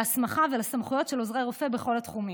להסמכה ולסמכויות של עוזרי רופא בכל התחומים.